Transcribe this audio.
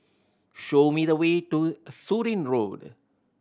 show me the way to Surin Road